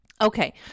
Okay